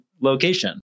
location